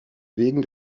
wegen